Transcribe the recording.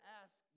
ask